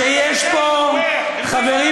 פה חברי